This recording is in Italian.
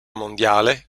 mondiale